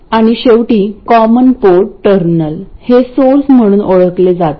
आणि शेवटी common port terminal हे सोर्स म्हणून ओळखले जाते